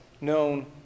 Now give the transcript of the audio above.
known